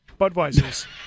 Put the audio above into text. Budweiser's